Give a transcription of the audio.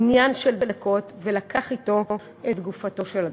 עניין של דקות, ולקח אתו את גופתו של הדר.